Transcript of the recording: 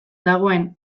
dagoen